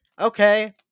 okay